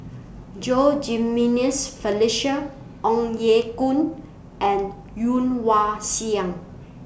Low Jimenez Felicia Ong Ye Kung and Woon Wah Siang